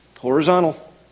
Horizontal